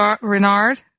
Renard